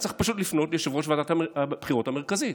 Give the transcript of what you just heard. צריך פשוט לפנות ליושב-ראש ועדת הבחירות המרכזית.